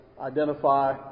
identify